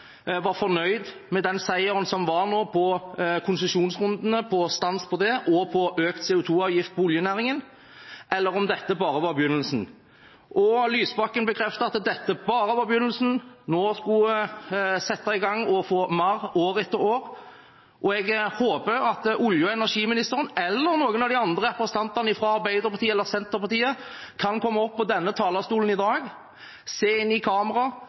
var fornøyd med seieren på stans i konsesjonsrundene og økt CO 2 -avgift for oljenæringen, eller om dette bare var begynnelsen. Lysbakken bekreftet at dette bare var begynnelsen, nå skulle han sette i gang og få mer år etter år. Jeg håper olje- og energiministeren eller noen av de andre representantene fra Arbeiderpartiet eller Senterpartiet kan komme opp på denne talerstolen i dag, se inn i kamera